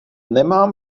nemám